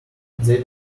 they